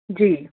جی